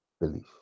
Belief